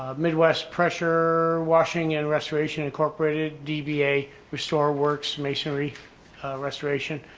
midwest pressure washing and restoration incorporated dba, restore works masonry restoration,